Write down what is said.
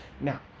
Now